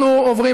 אנחנו עוברים,